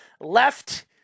left